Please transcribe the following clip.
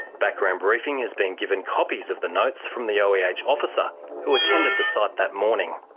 background briefing has been given copies of the notes from the oeh yeah officer who attended the site that morning.